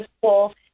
school